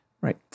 right